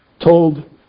told